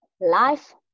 Life